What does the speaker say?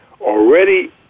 Already